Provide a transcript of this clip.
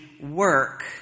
work